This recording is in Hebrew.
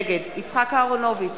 נגד יצחק אהרונוביץ,